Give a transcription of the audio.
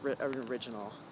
original